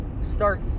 starts